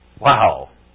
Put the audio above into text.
Wow